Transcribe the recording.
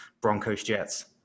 Broncos-Jets